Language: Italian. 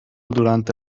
durante